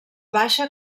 baixa